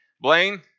Blaine